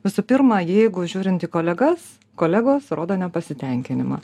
visų pirma jeigu žiūrint į kolegas kolegos rodo nepasitenkinimą